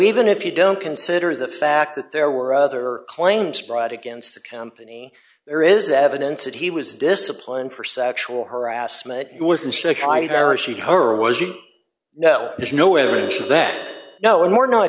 even if you don't consider the fact that there were other claims brought against the company there is evidence that he was disciplined for sexual harassment he wasn't shy there and she her was you know there's no evidence of that no more no